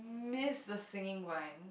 miss the singing line